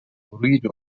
أريد